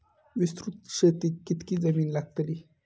विस्तृत शेतीक कितकी जमीन लागतली?